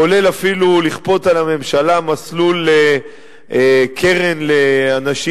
כולל אפילו לכפות על הממשלה מסלול של קרן לאנשים